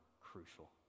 crucial